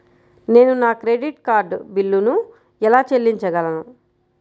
నేను నా credit card బిల్లును ఎలా చెల్లించగలను?